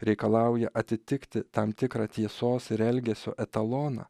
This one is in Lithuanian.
reikalauja atitikti tam tikrą tiesos ir elgesio etaloną